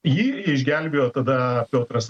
jį išgelbėjo tada piotras